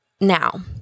Now